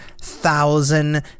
thousand